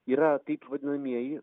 yra taip vadinamieji